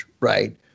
right